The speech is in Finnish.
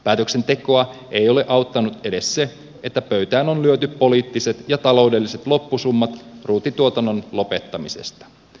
päätöksentekoa ei ole auttanut edes se että pöytään on lyöty poliittiset ja taloudelliset loppusummat ruutituotannon lopettamisesta